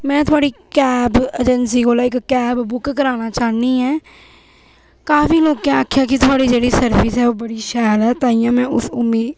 में थुआढ़ी cab agency कोला इक कैब बुक कराना चाह्न्नीं ऐं काफी लोकें आखेआ कि थुआढ़ी जेह्ड़ी सर्विस ऐ ओह् बड़ी शैल ऐ ताहियें में उस उम्मीद